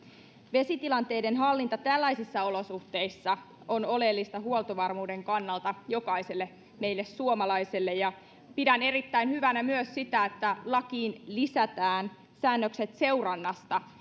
vesitilanteiden hallinta tällaisissa olosuhteissa on oleellista huoltovarmuuden kannalta jokaiselle meille suomalaiselle ja pidän erittäin hyvänä myös sitä että lakiin lisätään säännökset seurannasta